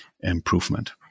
improvement